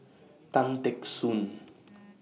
Tan Teck Soon